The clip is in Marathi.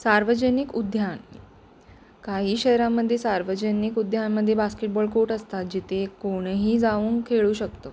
सार्वजनिक उद्यान काही शहरामध्ये सार्वजनिक उद्यानमध्ये बास्केटबॉल कोर्ट असतात जिथे कोणीही जाऊन खेळू शकतो